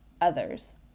others